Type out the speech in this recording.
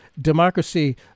democracy